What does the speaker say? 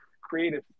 creative